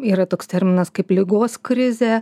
yra toks terminas kaip ligos krizė